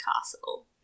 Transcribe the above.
Castle